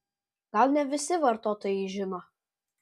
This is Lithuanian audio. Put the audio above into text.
gal ne visi vartotojai žino